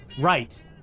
right